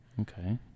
okay